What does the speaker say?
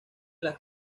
las